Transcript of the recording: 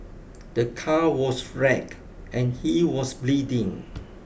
the car was wrecked and he was bleeding